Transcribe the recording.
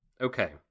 Okay